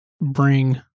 bring